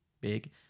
big